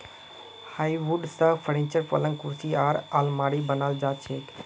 hardwood स furniture, पलंग कुर्सी आर आलमारी बनाल जा छेक